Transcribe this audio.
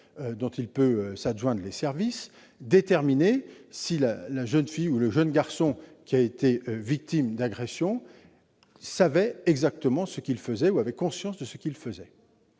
dont il peut s'adjoindre les services, le soin de déterminer si la jeune fille ou le jeune garçon qui a été victime d'agression savait exactement ce qu'il faisait ou en avait conscience. Le magistrat